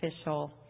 official